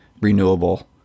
renewable